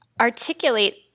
articulate